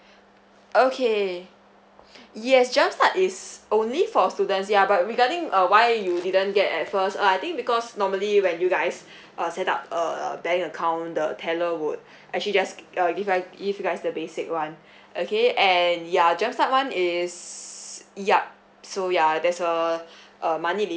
okay yes jump start is only for students ya but regarding uh why you didn't get at first uh I think because normally when you guys uh set up err bank account the teller would actually just uh give I give you guys the basic one okay and ya jump start one is yup so ya there's a uh money